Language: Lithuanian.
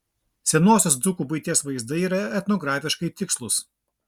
senosios dzūkų buities vaizdai yra etnografiškai tikslūs